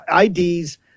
IDs